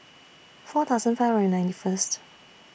four thousand five hundred and ninety First